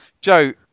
joe